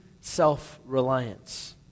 self-reliance